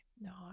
no